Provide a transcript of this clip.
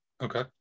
Okay